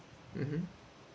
mmhmm